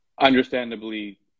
understandably